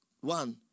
One